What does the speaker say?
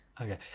Okay